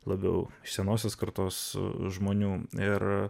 labiau senosios kartos žmonių ir